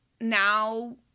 now